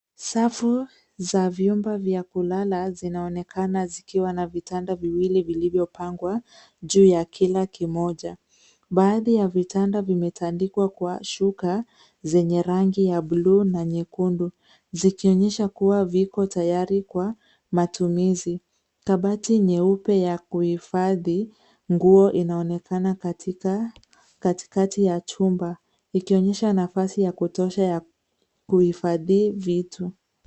Safu za vyumba vya kulala zinaonekana zikiwa na vitanda viwili vilivyopangwa juu ya kila kimoja. Baadhi ya vitanda vimetandikwa kwa shuka zenye rangi ya buluu na nyekundu, zikionyesha kuwa viko tayari kwa matumizi. Kabati nyeupe ya kuhifadhi nguo, inaonekana katika, katikati ya chumba ikionyesha nafasi ya kutosha ya kuhifadhi vitu.